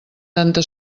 tanta